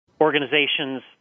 Organizations